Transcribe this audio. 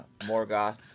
Morgoth